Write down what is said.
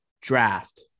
draft